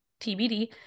TBD